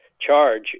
charge